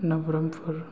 Nabarangpur